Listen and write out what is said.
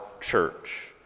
church